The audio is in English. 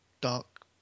dark